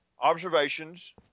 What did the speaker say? Observations